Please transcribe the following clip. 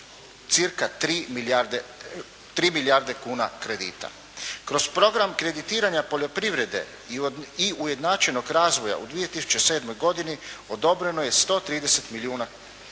3 milijarde kuna kredita. Kroz program kreditiranja poljoprivrede i ujednačenog razvoja u 2007. godini odobreno je 130 milijuna kuna.